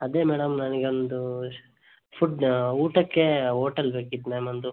ಅದೇ ಮೇಡಮ್ ನನಗೊಂದು ಫುಡ್ ಊಟಕ್ಕೆ ಹೋಟೆಲ್ ಬೇಕಿತ್ತು ಮ್ಯಾಮ್ ಒಂದು